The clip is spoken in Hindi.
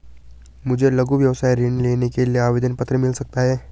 मुझे लघु व्यवसाय ऋण लेने के लिए आवेदन पत्र मिल सकता है?